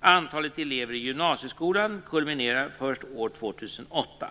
Antalet elever i gymnasieskolan kulminerar först år 2008.